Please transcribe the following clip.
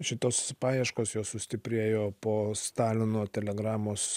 šitos paieškos jos sustiprėjo po stalino telegramos